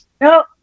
No